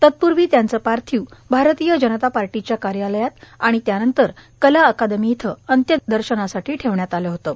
तत्पूर्वी त्यांचं पार्थिव भारतीय जनता पार्टीच्या कार्यालयात आणि त्यानंतर कला अकादमी इथं अंत्यदर्शनासाठी ठेवण्यात आलं होतं